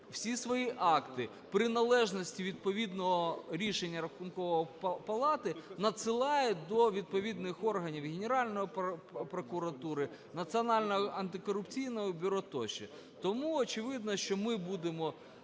всі свої акти при належності відповідного рішення Рахункової палати надсилають до відповідних органів: Генеральної прокуратури, Національного антикорупційного бюро тощо. Тому очевидно, що ми будемо